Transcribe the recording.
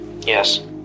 Yes